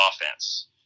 offense